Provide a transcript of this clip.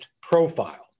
profile